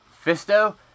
Fisto